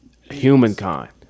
humankind